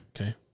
Okay